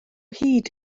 hyd